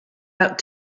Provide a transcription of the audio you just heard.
out